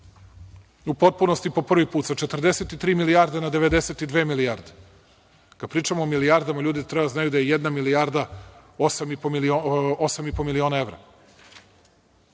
u potpunosti po prvi put, sa 43 milijarde na 92 milijarde. Kad pričamo o milijardama, ljudi treba da znaju da je jedna milijarda 8,5 miliona evra,